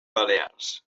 balears